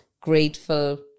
grateful